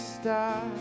stop